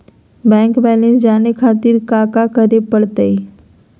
Bank balance जाने खातिर काका करे पड़तई?